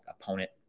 opponent